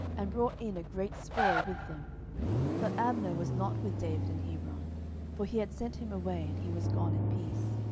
and brought in a great spoil with them but abner was not with david in hebron for he had sent him away, and he was gone in peace.